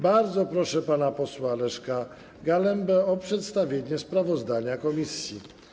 Bardzo proszę pana posła Leszka Galembę o przedstawienie sprawozdania komisji.